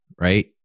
right